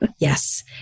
Yes